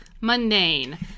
mundane